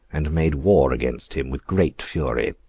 and made war against him with great fury.